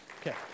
Okay